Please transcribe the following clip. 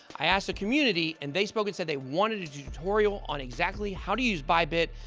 i asked the community, and they spoke and said they wanted to do tutorial on exactly how to use bybit,